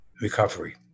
recovery